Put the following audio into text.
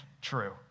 true